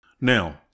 Now